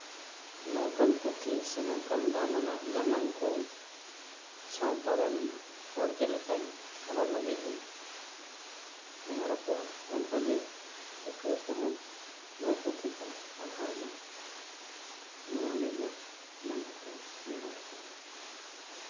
ᱱᱚᱝᱠᱟᱱ ᱯᱩᱛᱷᱤ ᱥᱮ ᱱᱚᱝᱠᱟᱱ ᱫᱟᱢᱟᱱᱟᱜ ᱜᱟᱢᱟᱢ ᱠᱚ ᱥᱟᱶᱛᱟ ᱨᱮᱱ ᱦᱚᱲ ᱪᱮᱫ ᱞᱮᱠᱟ ᱯᱟᱲᱦᱟᱜ ᱞᱟᱹᱜᱤᱫ ᱤᱧ ᱱᱮᱦᱚᱨ ᱟᱠᱚᱣᱟ ᱚᱱᱠᱟᱜᱮ ᱯᱟᱹᱴᱷᱩᱣᱟᱹ ᱠᱚᱦᱚᱸ ᱱᱚᱣᱟ ᱯᱩᱛᱷᱤ ᱠᱚ ᱯᱟᱲᱦᱟᱣ ᱢᱟ ᱱᱚᱣᱟ ᱜᱮ ᱤᱧᱟᱹᱜ ᱥᱟᱱᱟᱢ ᱠᱚᱴᱷᱮᱱ ᱱᱮᱦᱚᱸᱨ ᱫᱚ